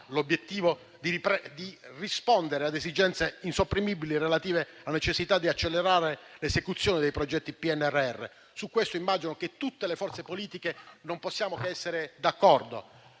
l'obiettivo di rispondere a esigenze insopprimibili relative alla necessità di accelerare l'esecuzione dei progetti del PNRR e immagino che su questo tutte le forze politiche non possano che essere d'accordo.